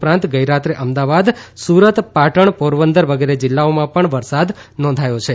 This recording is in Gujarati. ઉપરાંત ગઇરાત્રે અમદાવાદ સુરત પાટણ પોરબંદર વગેરે જીલ્લાઓમાં પણ વરસાદ નોંધાયો છે